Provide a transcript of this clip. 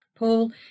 Paul